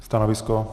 Stanovisko?